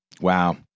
Wow